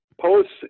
Posts